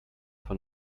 von